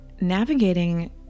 Navigating